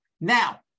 Now